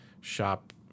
shop